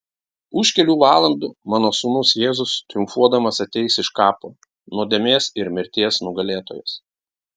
už kelių valandų mano sūnus jėzus triumfuodamas ateis iš kapo nuodėmės ir mirties nugalėtojas